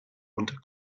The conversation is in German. und